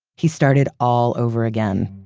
he started all over again,